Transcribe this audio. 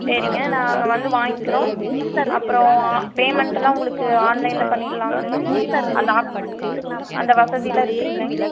சரிங்க நான் அங்கே வந்து வாங்கிக்கிறோம் அப்பறம் பேமெண்ட்லாம் உங்களுக்கு ஆன்லைனில் பண்ணிடலாங்களா அந்த ஆப் அந்த வசதிலாம் இருக்கு இல்லைங்க